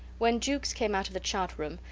when jukes came out of the chart-room,